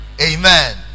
amen